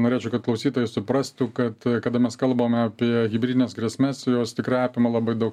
norėčiau kad klausytojai suprastų kad kada mes kalbame apie hibridines grėsmes jos tikrai apima labai daug